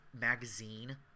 magazine